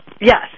Yes